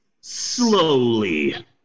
slowly